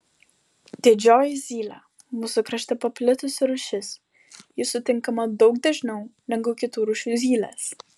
didžioji zylė mūsų krašte paplitusi rūšis ji sutinkama daug dažniau negu kitų rūšių zylės